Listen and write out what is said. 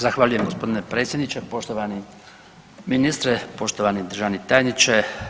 Zahvaljujem gospodine predsjedniče, poštovani ministre, poštovani državni tajniče.